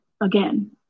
again